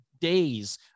days